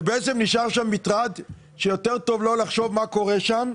ונשאר שם מטרד, שיותר טוב לא לחשוב מה קורה שם.